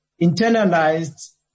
internalized